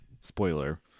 Spoiler